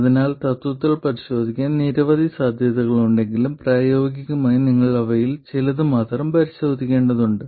അതിനാൽ തത്വത്തിൽ പരിശോധിക്കാൻ നിരവധി സാധ്യതകൾ ഉണ്ടെങ്കിലും പ്രായോഗികമായി നിങ്ങൾ അവയിൽ ചിലത് മാത്രം പരിശോധിക്കേണ്ടതുണ്ട്